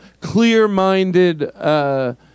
clear-minded